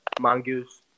Mongoose